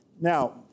Now